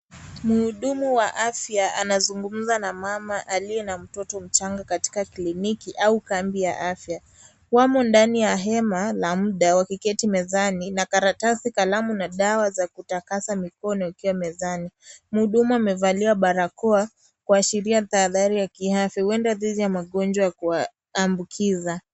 Muhudumu wa afya, anazungumza na mama aliye na mtoto mchanga katika kliniki au kambi ya afya, wamo ndani ya hema, la mda, wakiketi mezani na karatasi kalamu na dawa za kutakasa mikono ikiwa mezani, muhudumu amevalia barakoa, kuashiria tahathari ya kiafya, huenda thizi ya magonjwa yahuha, ambukiza.